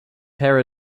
pair